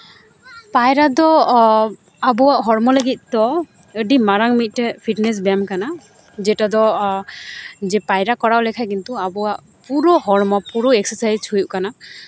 ᱯᱟᱭᱨᱟ ᱫᱚ ᱟᱵᱚᱣᱟᱜ ᱦᱚᱲᱢᱚ ᱞᱟᱹᱜᱤᱫ ᱫᱚ ᱟᱹᱰᱤ ᱢᱟᱨᱟᱝ ᱢᱤᱫᱴᱮᱱ ᱯᱷᱤᱴᱱᱮᱥ ᱵᱮᱭᱟᱢ ᱠᱟᱱᱟ ᱡᱮᱴᱟ ᱫᱚ ᱯᱟᱭᱨᱟ ᱠᱚᱨᱟᱣ ᱞᱮᱠᱷᱟᱱ ᱠᱤᱱᱛᱩ ᱟᱵᱚᱣᱟᱜ ᱯᱩᱨᱟᱹ ᱦᱚᱲᱢᱚ ᱯᱩᱨᱟᱹ ᱮᱠᱥᱮ ᱥᱟᱭᱤᱡᱽ ᱦᱩᱭᱩᱜ ᱠᱟᱱᱟ